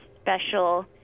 special